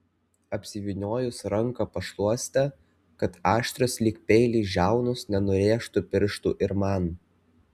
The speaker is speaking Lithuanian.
apsivyniojus ranką pašluoste kad aštrios lyg peiliai žiaunos nenurėžtų pirštų ir man